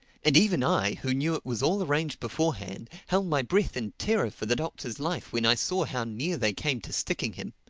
and even i who knew was all arranged beforehand, held my breath in terror for the doctor's life when i saw how near they came to sticking him.